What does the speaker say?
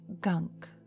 gunk